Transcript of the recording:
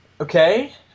okay